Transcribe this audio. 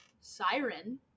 siren